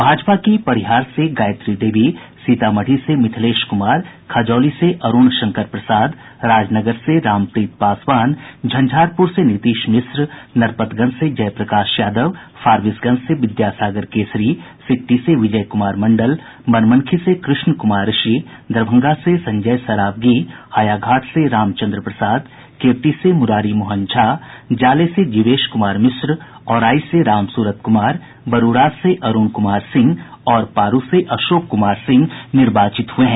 भाजपा की परिहार से गायित्री देवी सीतामढ़ी से मिथिलेश कुमार खजौली से अरूण शंकर प्रसाद राजनगर से रामप्रीत पासवान झंझारपुर से नितिश मिश्रा नरपतगंज से जयप्रकाश यादव फरबिसगंज से विद्या सागर केसरी सिकटी से विजय कुमार मंडल बनमनखी से कृष्ण कुमार ऋषि दरभंगा से संजय सरावगी हायाघाट से राम चन्द्र प्रसाद केवटी से मुरारी मोहन झा जाले से जिवेश कुमार औराई से रामसुरत कुमार बरूराज से अरूण कुमार सिंह और पारू से अशोक कुमार सिंह निर्वाचित हुए हैं